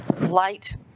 light